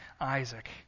Isaac